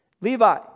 Levi